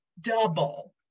double